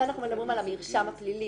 זה אנחנו מדברים על המרשם הפלילי.